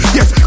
Yes